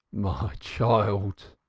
my child!